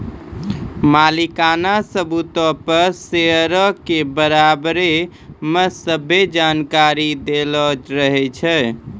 मलिकाना सबूतो पे शेयरो के बारै मे सभ्भे जानकारी दैलो रहै छै